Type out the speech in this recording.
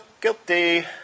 guilty